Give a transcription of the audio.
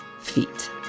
feet